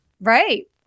Right